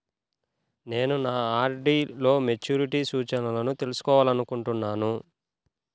నేను నా ఆర్.డీ లో మెచ్యూరిటీ సూచనలను తెలుసుకోవాలనుకుంటున్నాను